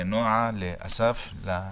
נועה, אסף, כולם.